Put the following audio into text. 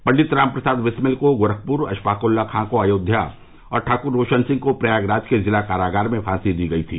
पंडित रामप्रसाद विस्मिल को गोरखपुर अशफाक उल्ला खां को अयोध्या और ठाकुर रोशन सिंह को प्रयागराज के जिला कारागार में फांसी दी गयी थी